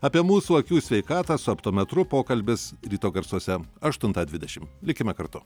apie mūsų akių sveikatą su optometru pokalbis ryto garsuose aštuntą dvidešim likime kartu